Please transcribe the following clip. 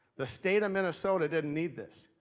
the state of minnesota didn't need this.